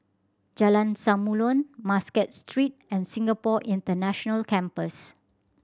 Jalan Samulun Muscat Street and Singapore International Campus